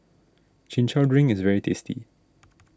Chin Chow Drink is very tasty